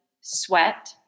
sweat